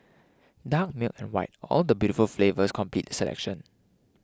dark milk and white all the beautiful flavours complete the selection